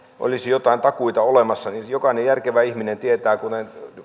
olisi jotain takuita olemassa jokainen järkevä ihminen tietää että